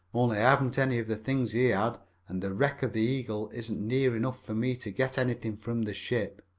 only i haven't any of the things he had and the wreck of the eagle isn't near enough for me to get anything from the ship.